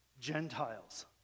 Gentiles